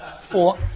four